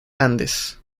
andes